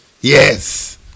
Yes